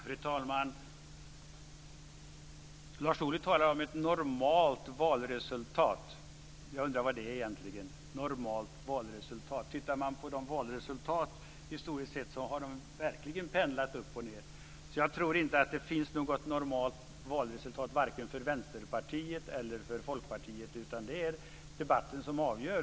Fru talman! Lars Ohly talar om "ett normalt valresultat". Jag undrar vad ett normalt valresultat egentligen är. Valresultaten har historiskt sett verkligen gått upp och ned. Jag tror inte att det finns något normalt valresultat vare sig för Vänsterpartiet eller för Folkpartiet. Det är debatten som avgör.